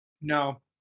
No